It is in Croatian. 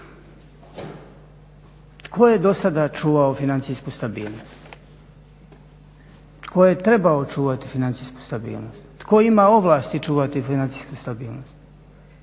Tko je do sada čuvao financijsku stabilnost? Tko je trebao čuvati financijsku stabilnost? Tko ima ovlasti čuvati financijski stabilnost?